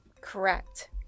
Correct